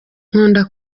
nkunda